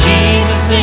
Jesus